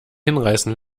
hinreißen